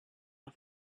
auf